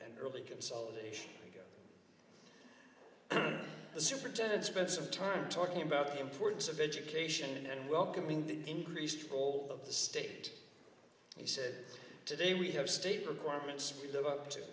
and early consolidation the superintendent spent some time talking about the importance of education and welcoming the increased role of the state he said today we have state requirements we go up to